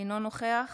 אינו נוכח